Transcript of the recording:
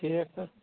ٹھیٖک حظ